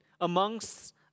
amongst